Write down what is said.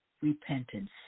repentance